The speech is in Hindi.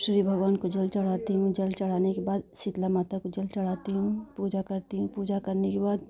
श्री भागवान को जल चढ़ाती हूँ जल चढ़ाने के बाद शीतला माता को जल चढ़ाती हूँ पूजा करती हूँ पूजा करने के बाद